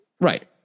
right